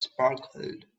sparkled